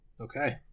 Okay